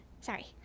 Sorry